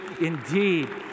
indeed